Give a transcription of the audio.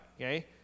okay